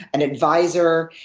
an advisor.